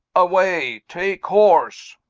away, take horse